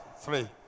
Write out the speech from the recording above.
Three